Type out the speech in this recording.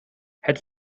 het